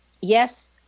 yes